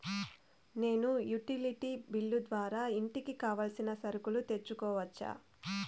నేను utility bill ద్వారా ఇంటికి కావాల్సిన సరుకులు తీసుకోవచ్చా?